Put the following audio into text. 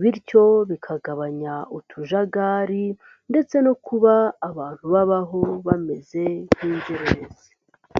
bityo bikagabanya utujagari ndetse no kuba abantu babaho bameze nk'inzererezi.